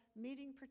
meeting